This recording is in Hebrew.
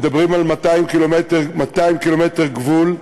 מדברים על 200 ק"מ גבול,